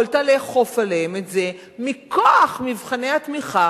יכולת לאכוף עליהם את זה מכוח מבחני התמיכה